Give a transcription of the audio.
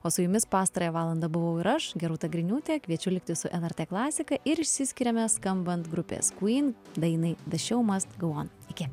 o su jumis pastarąją valandą buvau ir aš gerūta griniūtė kviečiu likti su lrt klasika ir išsiskiriame skambant grupės queen dainai de šeu must go on iki